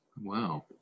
Wow